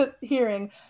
hearing